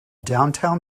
downtown